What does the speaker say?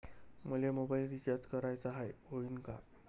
मले mobile recharge कराचा हाय, होईनं का?